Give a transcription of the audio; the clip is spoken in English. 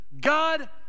God